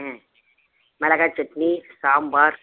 ம் மிளகா சட்னி சாம்பார்